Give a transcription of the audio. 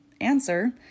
answer